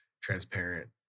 transparent